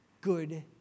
good